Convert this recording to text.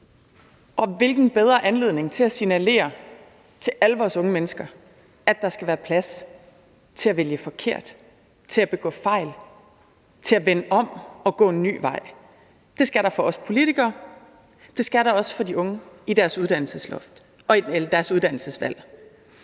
Og hvilken bedre anledning til at signalere til alle vores unge mennesker, at der skal være plads til at vælge forkert, til at begå fejl, til at vende om og gå en ny vej. Det skal der for os politikere. Det skal der også for de unge i deres uddannelsesvalg. Det her har